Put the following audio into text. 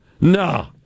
No